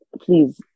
please